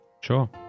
Sure